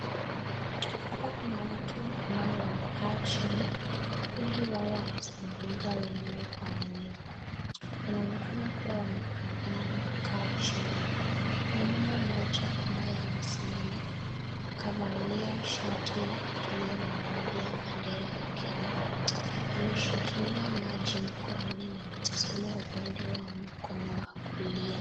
Hapa kuna watu ambao wamekaa chini. Wengi wao wanazungumza wenyewe kwa wenyewe Wanaonekana kuwa wamepangana kukaa jini. Kuna mama mmoja ambaye amesimama kavalia shai iliyo na rangi ya bendera ya Kenya akishikilia maji mkononi anatasama upande wa mkono wa kulia.